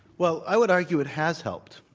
well, i would argue it has helped.